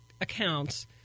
accounts